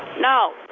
No